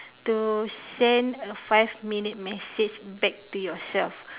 to send a five minute message back to yourself